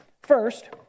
First